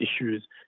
issues